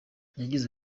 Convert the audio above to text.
yagize